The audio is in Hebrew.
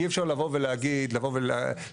אי אפשר לבוא ולהגיד, לבוא ולהכניס,